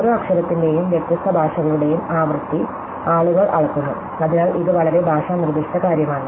ഓരോ അക്ഷരത്തിന്റെയും വ്യത്യസ്ത ഭാഷകളുടെയും ആവൃത്തി ആളുകൾ അളക്കുന്നു അതിനാൽ ഇത് വളരെ ഭാഷാ നിർദ്ദിഷ്ട കാര്യമാണ്